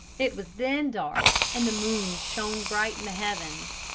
it was then dark and the moon shone bright in the heavens.